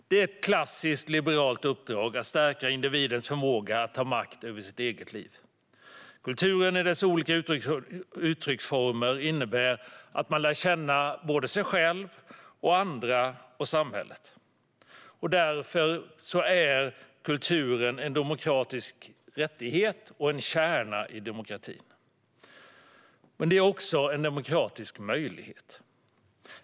Det är ett klassiskt liberalt uppdrag att stärka individens förmåga att ta makt över sitt eget liv. Kulturen i dess olika uttrycksformer innebär att man lär känna sig själv, andra och samhället. Därför är kultur en demokratisk rättighet och en kärna i demokratin. Men det är också en demokratisk möjlighet.